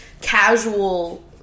casual